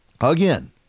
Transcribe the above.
again